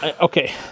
okay